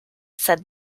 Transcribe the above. said